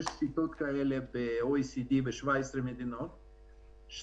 יש שיטות כאלה ב-17 מדינות ב-OECD.